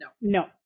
No